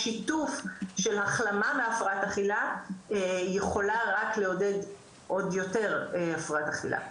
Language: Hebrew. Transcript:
השיתוף של החלמה מהפרעת אכילה יכולה רק לעודד אף יותר הפרעת אכילה.